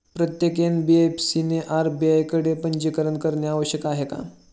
प्रत्येक एन.बी.एफ.सी ने आर.बी.आय कडे पंजीकरण करणे आवश्यक आहे का?